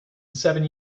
seven